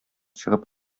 чыгып